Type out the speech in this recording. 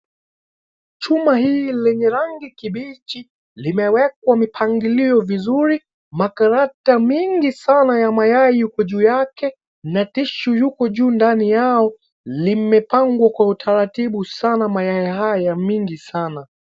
Chuma hii lenye rangi kibichi limewekwa mipangilio vizuri makarate mingi sana ya mayai yuko juu yake na tissue yuko juu ndani yao, limepangwa kwa utaratibu sana mayai haya mingi sana.